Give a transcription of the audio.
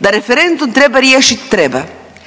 Da referendum treba riješiti, treba,